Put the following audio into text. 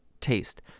taste